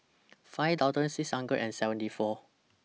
five thousand six hundred and seventy four